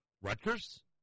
Rutgers